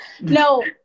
No